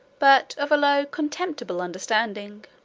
but of a low contemptible understanding